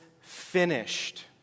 finished